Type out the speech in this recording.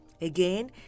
Again